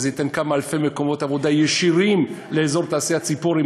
זה ייתן כמה אלפי מקומות עבודה ישירים לאזור תעשייה ציפורי,